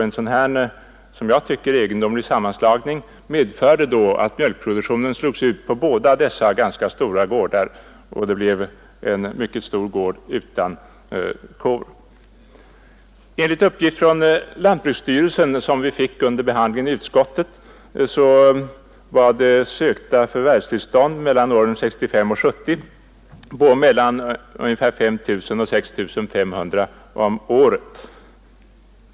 En sådan här, som jag tycker, egendomlig sammanslagning medförde att mjölkproduktionen upphörde på båda dessa gårdar, och det blev i stället en ganska stor gård utan kor. Enligt de uppgifter från lantbruksstyrelsen, som vi fick under utskottsbehandlingen, uppgick antalet sökta förvärvstillstånd åren 1965-1970 till mellan 5 000 och 6500 om året.